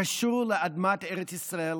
הקשור לאדמת ארץ ישראל,